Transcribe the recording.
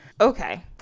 Okay